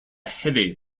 heavy